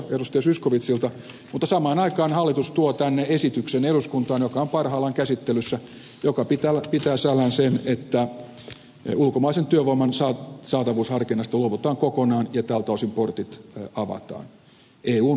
zyskowiczilta mutta samaan aikaan hallitus tuo tänne eduskuntaan esityksen joka on parhaillaan käsittelyssä joka pitää sisällään sen että ulkomaisen työvoiman saatavuusharkinnasta luovutaan kokonaan ja tältä osin portit avataan eun ulkopuolisille maille